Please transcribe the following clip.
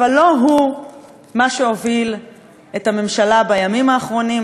אבל לא הוא מה שהוביל את הממשלה בימים האחרונים,